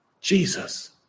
Jesus